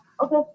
okay